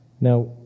Now